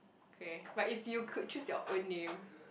okay but if you could choose your own name